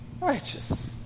Righteous